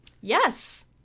yes